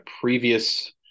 previous